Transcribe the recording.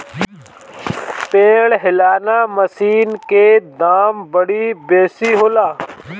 पेड़ हिलौना मशीन के दाम बड़ी बेसी होला